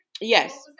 Yes